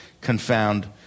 confound